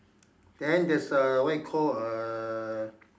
then there's a what you call a